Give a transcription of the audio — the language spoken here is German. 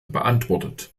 beantwortet